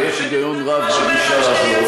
ויש היגיון רב בגישה הזאת.